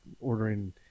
ordering